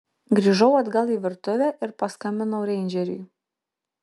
grįžau atgal į virtuvę ir paskambinau reindžeriui